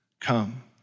Come